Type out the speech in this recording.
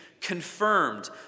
confirmed